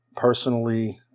personally